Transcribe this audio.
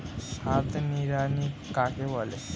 হাত নিড়ানি কাকে বলে?